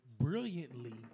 brilliantly